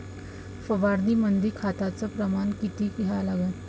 फवारनीमंदी खताचं प्रमान किती घ्या लागते?